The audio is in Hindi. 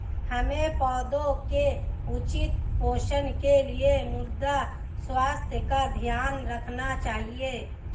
हमें पौधों के उचित पोषण के लिए मृदा स्वास्थ्य का ध्यान रखना चाहिए